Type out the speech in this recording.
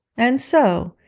and so,